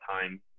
time